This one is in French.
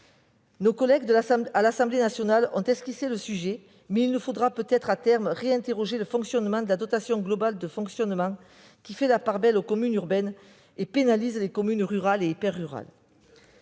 Nos collègues à l'Assemblée nationale ont esquissé le sujet, mais il nous faudra peut-être à terme réinterroger le fonctionnement de la DGF, qui fait la part belle aux communes urbaines et pénalise les communes rurales et hyper-rurales.